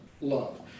love